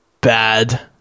bad